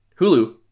Hulu